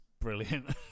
brilliant